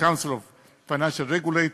Council of Financial Regulators,